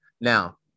Now